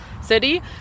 city